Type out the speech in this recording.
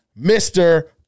Mr